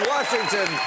Washington